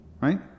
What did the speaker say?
Right